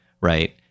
Right